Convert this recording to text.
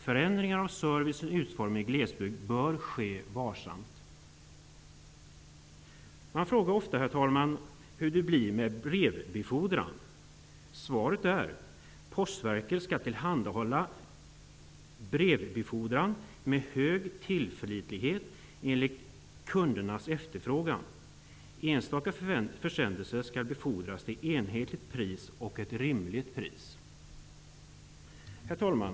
Förändringar av servicens utformning i glesbygden bör ske varsamt. Man frågar ofta, herr talman, hur det blir med brevbefordran. Svaret är: Postverket skall tillhandhålla brevbefordran med hög tillförlitlighet enligt kundernas efterfrågan. Enstaka försändelser skall befordras till enhetligt och rimligt pris. Herr talman!